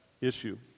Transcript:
issue